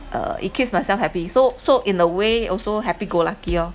uh it keeps myself happy so so in a way also happy go lucky orh